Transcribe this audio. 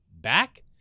back